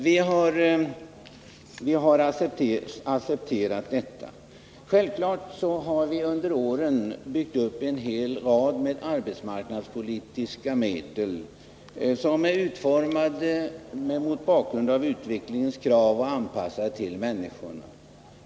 Vi har under åren byggt upp en hel rad arbetsmarknadspolitiska medel, som är utformade mot bakgrund av utvecklingens krav och anpassade till människorna.